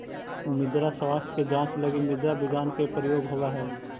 मृदा स्वास्थ्य के जांच लगी मृदा विज्ञान के प्रयोग होवऽ हइ